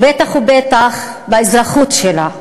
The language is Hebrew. ובטח ובטח באזרחות שלה.